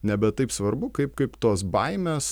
nebe taip svarbu kaip kaip tos baimės